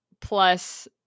plus